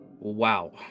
Wow